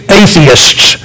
atheists